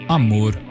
amor